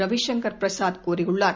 ரவிசங்கர் பிரசாத் கூறியுள்ளார்